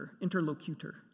Interlocutor